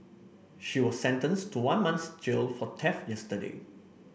she was sentenced to one month's jail for theft yesterday